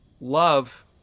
Love